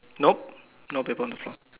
nope no paper on the floor